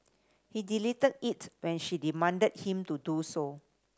he deleted it when she demanded him to do so